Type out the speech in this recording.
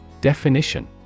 Definition